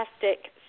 fantastic